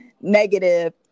negative